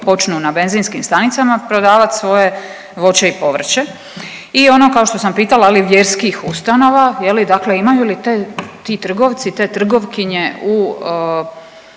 na benzinskim stanicama prodavat svoje voće i povrće. I ono kao što sam pitala je li vjerskih ustanova je li dakle imaju li te, ti trgovci i te trgovkinje u